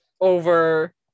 over